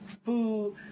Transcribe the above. food